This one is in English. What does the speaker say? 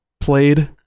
played